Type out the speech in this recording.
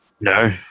No